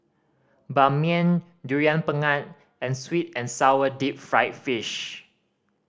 Ban Mian Durian Pengat and sweet and sour deep fried fish